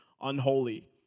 unholy